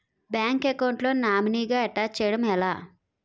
Bank account లో నామినీగా attach చేయడం ఎలా?